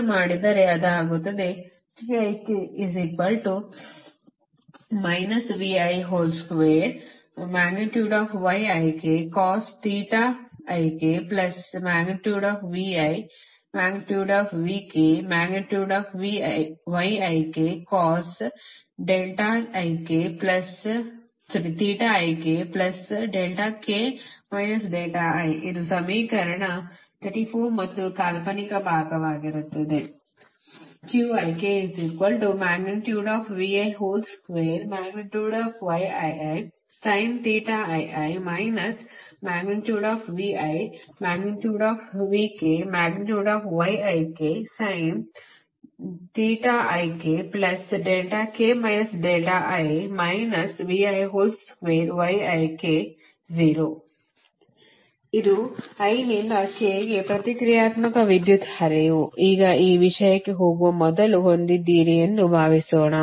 ಹಾಗೆ ಮಾಡಿದರೆ ಅದು ಆಗುತ್ತದೆ ಇದು ಸಮೀಕರಣ 34 ಮತ್ತು ಕಾಲ್ಪನಿಕ ಭಾಗವಾಗಿರುತ್ತದೆ ಮತ್ತು ಇದು i ನಿಂದ k ಗೆ ಪ್ರತಿಕ್ರಿಯಾತ್ಮಕ ವಿದ್ಯುತ್ ಹರಿವು ಈಗ ಈ ವಿಷಯಕ್ಕೆ ಹೋಗುವ ಮೊದಲು ಹೊಂದಿದ್ದೀರಿ ಎಂದು ಭಾವಿಸೋಣ